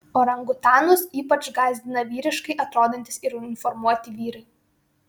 orangutanus ypač gąsdina vyriškai atrodantys ir uniformuoti vyrai